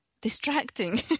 distracting